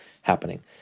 happening